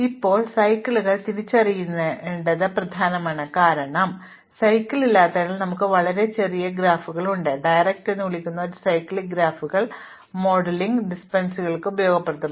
ഇപ്പോൾ സൈക്കിളുകൾ തിരിച്ചറിയേണ്ടത് പ്രധാനമാണ് കാരണം ഞങ്ങൾക്ക് സൈക്കിൾ ഇല്ലാത്തതിനാൽ നമുക്ക് വളരെ നല്ല ഗ്രാഫുകൾ ഉണ്ട് ഡയറക്ട് എന്ന് വിളിക്കുന്ന ഒരു സൈക്ലിക് ഗ്രാഫുകൾ മോഡലിംഗ് ഡിപൻഡൻസികൾക്ക് ഉപയോഗപ്രദമാണ്